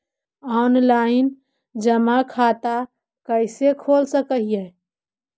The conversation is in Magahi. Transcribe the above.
ऑनलाइन जमा खाता कैसे खोल सक हिय?